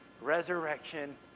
resurrection